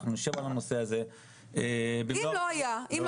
אנחנו נשב על הנושא הזה --- אם לא היתה